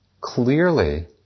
clearly